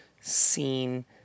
scene